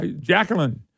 Jacqueline